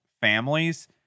families